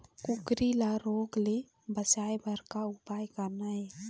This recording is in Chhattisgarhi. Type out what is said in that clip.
कुकरी ला रोग ले बचाए बर का उपाय करना ये?